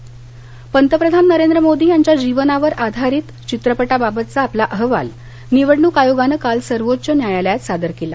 Modi biopic पंतप्रधान नरेंद्र मोदी यांच्या जीवनावर आधारित चित्रपटाबाबतचा आपला अहवाल निवडणुक आयोगानं काल सर्वोच्च न्यायालयात सादर केला